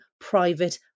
private